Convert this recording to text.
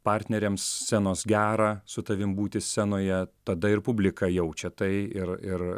partneriams scenos gera su tavim būti scenoje tada ir publika jaučia tai ir ir